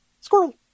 Squirrel